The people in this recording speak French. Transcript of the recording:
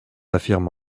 affirme